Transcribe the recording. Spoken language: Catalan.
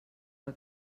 que